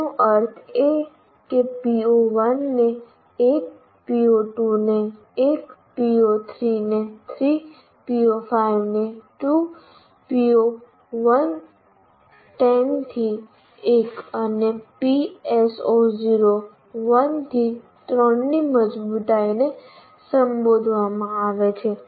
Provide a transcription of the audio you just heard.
તેનો અર્થ એ કે PO1 ને 1 PO2 થી 1 PO3 થી 3 PO5 થી 2 PO10 થી 1 અને PSO1 થી 3 ની મજબૂતાઈને સંબોધવામાં આવે છે